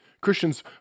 Christians